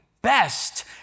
best